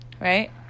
Right